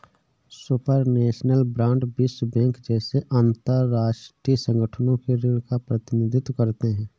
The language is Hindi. सुपरनैशनल बांड विश्व बैंक जैसे अंतरराष्ट्रीय संगठनों के ऋण का प्रतिनिधित्व करते हैं